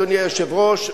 אדוני היושב-ראש,